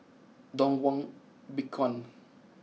Dong Won Bitcoin